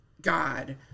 God